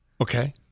Okay